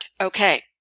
Okay